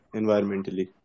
environmentally